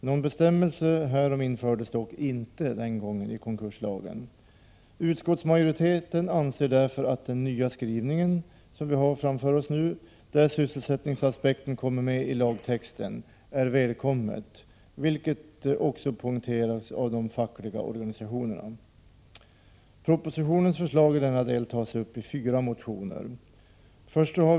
Någon bestämmelse härom infördes dock inte den gången i konkurslagen. Utskottsmajoriteten anser därför att den nya skrivningen, där sysselsättningsaspekten kommer med i lagtexten, är välkommen, vilket också har poängterats av de fackliga organisationerna. Propositionens förslag i denna del tas upp i fyra motioner.